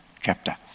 chapter